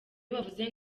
bavuze